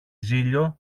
ζήλιω